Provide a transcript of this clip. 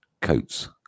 coats